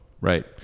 Right